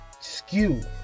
skew